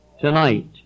tonight